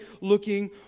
looking